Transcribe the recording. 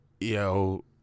yo